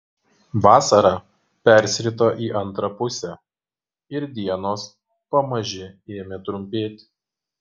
vasara persirito į antrą pusę ir dienos pamaži ėmė trumpėti